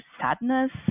sadness